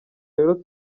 rero